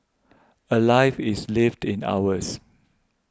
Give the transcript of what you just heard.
a life is lived in hours